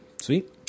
sweet